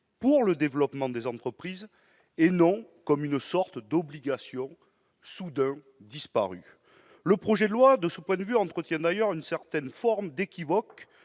pour le développement des entreprises, non comme une sorte d'obligation soudain disparue. De ce point de vue, le projet de loi entretient d'ailleurs une certaine forme d'équivoque,